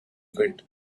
pit